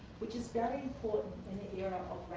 which is very important in the era of